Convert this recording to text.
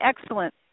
excellent